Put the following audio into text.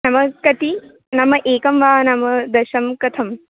नाम कति नाम एकं वा नाम दश कथं